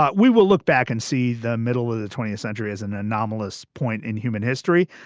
but we will look back and see the middle of the twentieth century as an anomalous point in human history.